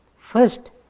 first